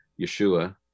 Yeshua